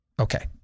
okay